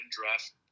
draft